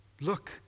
Look